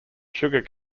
sugar